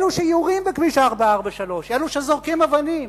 אלו שיורים בכביש 443, אלו שזורקים אבנים.